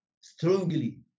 strongly